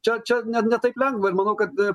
čia čia ne ne taip lengva ir manau kad